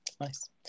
nice